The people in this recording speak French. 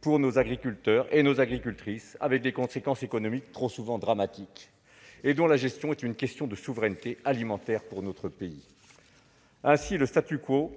pour nos agriculteurs et nos agricultrices, avec des conséquences économiques trop souvent dramatiques. La gestion de ces risques relève d'une question de souveraineté alimentaire pour notre pays. Le